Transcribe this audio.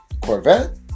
Corvette